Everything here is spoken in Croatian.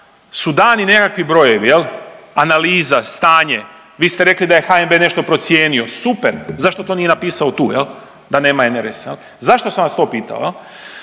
su dani nekakvi brojevi jel, analiza, stanje, vi ste rekli da je HNB nešto procijenio, super, zašto to nije napisao tu jel da nema NRS-a jel, zašto sam vas to pitao jel?